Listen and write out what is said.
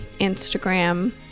instagram